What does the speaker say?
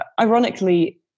ironically